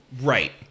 Right